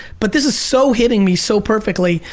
but this is so hitting me, so perfectly.